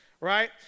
right